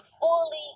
fully